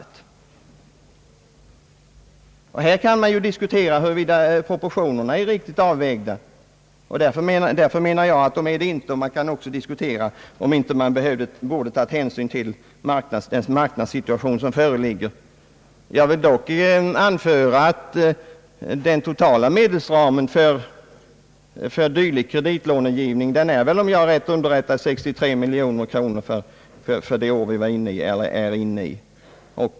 Enligt min mening kan det diskuteras huruvida proportionerna är riktigt avvägda — jag anser att så inte är fallet — och även huruvida man inte borde ha tagit hänsyn till den rådande marknadssituationen. Jag vill här anföra att den totala medelsramen för kreditlånegivningen är 63 miljoner kronor innevarande år.